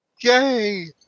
Yay